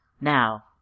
Now